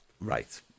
Right